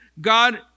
God